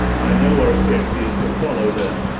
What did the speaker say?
i know our safety is to follow them,